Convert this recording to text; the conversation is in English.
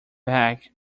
back